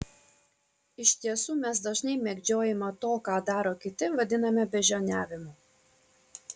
iš tiesų mes dažnai mėgdžiojimą to ką daro kiti vadiname beždžioniavimu